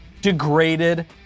degraded